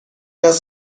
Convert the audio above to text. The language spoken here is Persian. است